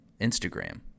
Instagram